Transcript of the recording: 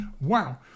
Wow